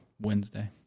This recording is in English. Wednesday